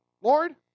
Lord